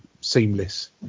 seamless